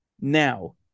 Now